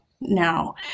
now